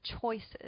choices